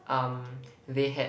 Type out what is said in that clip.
um they had